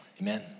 Amen